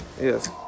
Yes